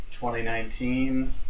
2019